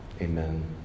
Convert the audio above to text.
Amen